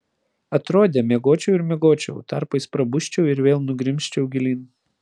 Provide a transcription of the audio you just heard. atrodė miegočiau ir miegočiau tarpais prabusčiau ir vėl nugrimzčiau gilyn